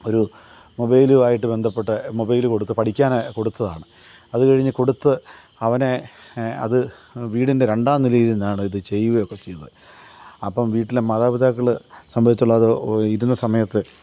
ഒരു മൊബൈലുമായിട്ട് ബന്ധപ്പെട്ട മൊബൈല് കൊടുത്തു പഠിക്കാൻ കൊടുത്തതാണ് അത്തുകഴിഞ്ഞ് കൊടുത്ത് അവനെ അത് വീടിന്റെ രണ്ടാം നിലയിലിരുന്നാണ് ഇത് ചെയ്യുകയും ഒക്കെ ചെയ്തത് അപ്പം വീട്ടിലെ മാതാപിതാക്കൾ സംഭവിച്ചുള്ളത് ഇരുന്ന സമയത്ത്